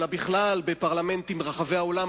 אלא בכלל בפרלמנטים ברחבי העולם,